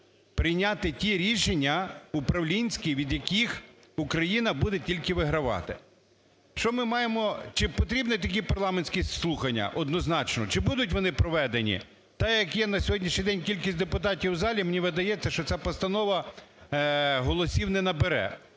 прийняти ті рішення управлінські, від яких Україна буде тільки вигравати. Що ми маємо… Чи потрібні такі парламентські слухання? Однозначно. Чи будуть вони проведені? Та, яка є на сьогоднішній день кількість депутатів в залі, ми видається, що ця постанова голосів не набере.